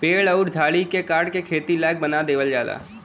पेड़ अउर झाड़ी के काट के खेती लायक बना देवल जाला